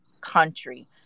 country